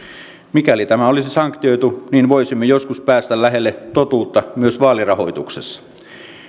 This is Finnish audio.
mikäli tämä olisi sanktioitu niin voisimme joskus päästä lähelle totuutta myös vaalirahoituksessa